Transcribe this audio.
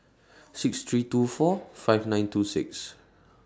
six three two four five nine two six